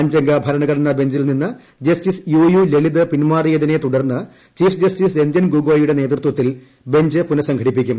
അഞ്ചംഗ ഭരണഘടനാ ബഞ്ചിൽ നിന്ന് ജസ്റ്റീസ് യു യു ലളിത് പിൻമാറിയതിനെ തുടർന്ന് ചീഫ് ജസ്റ്റീസ് രഞ്ചൻ ഗോഗോയുടെ നേതൃത്വത്തിൽ ബഞ്ച് പുനസംഘടിപ്പിക്കും